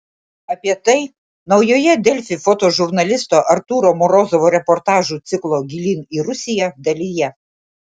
apie tai naujoje delfi fotožurnalisto artūro morozovo reportažų ciklo gilyn į rusiją dalyje